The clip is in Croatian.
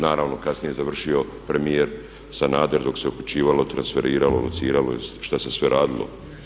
Naravno kasnije završio premijer Sanader dok se uključivalo, transferiralo, lociralo i šta se sve radilo.